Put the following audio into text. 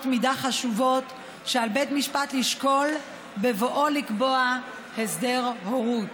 מידה חשובות שעל בית משפט לשקול בבואו לקבוע הסדר הורות.